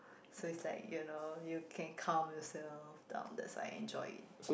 so it's like you know you can calm yourself down that's why enjoy it